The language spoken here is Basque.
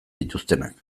dituztenak